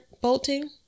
bolting